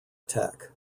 tech